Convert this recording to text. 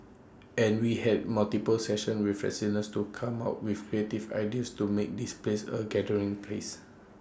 and we had multiple sessions with residents to come up with creative ideas to make this place A gathering place